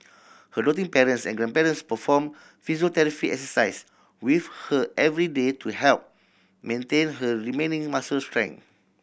her doting parents and grandparents perform physiotherapy exercise with her every day to help maintain her remaining muscle strength